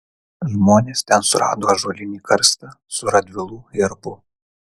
žmonės ten surado ąžuolinį karstą su radvilų herbu